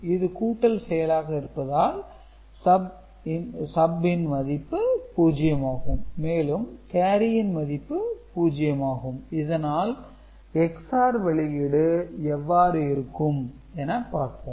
இது கூட்டல் செயலாக இருப்பதால் sub ன் மதிப்பு 0 ஆகும் மேலும் கேரியின் மதிப்பு 0 ஆகும் இதனால் XOR வெளியீடு எவ்வாறு இருக்கும் என பார்ப்போம்